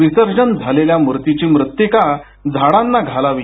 विसर्जन झालेल्या मूर्तीची मृत्तिका झाडांना घालावी